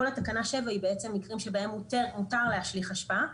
כל תקנה 7 היא בעצם מקרים שבהם מותר להשליך אשפה,